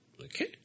Okay